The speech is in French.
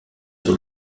sur